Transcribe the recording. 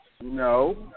No